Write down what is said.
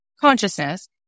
consciousness